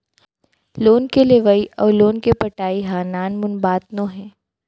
loan के लेवइ अउ लोन के पटाई ह नानमुन बात नोहे